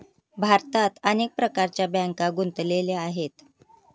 भारतात अनेक प्रकारच्या बँका गुंतलेल्या आहेत